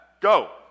go